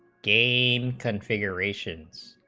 game configuration